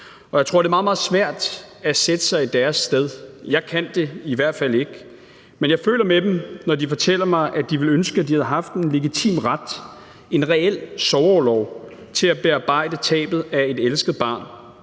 Jeg tror, det er meget, meget svært at sætte sig i deres sted, og jeg kan det i hvert fald ikke. Jeg føler med dem, når de fortæller mig, at de ville ønske, de havde haft en legitim ret, en reel sorgorlov, til at bearbejde tabet af et elsket barn.